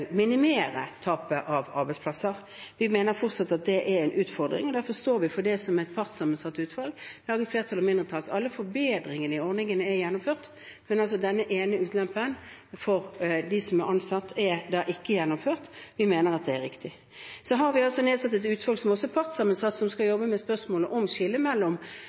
minimere tapet av arbeidsplasser. Vi mener fortsatt at det er en utfordring. Derfor står vi for det som et partssammensatt utvalg laget – av flertall og mindretall. Alle forbedringene i ordningen er gjennomført. Men denne ene ulempen for dem som er ansatt, er da ikke gjennomført. Vi mener at det er riktig. Så har vi også nedsatt et utvalg som også er partssammensatt, som skal jobbe med spørsmålet om skillet mellom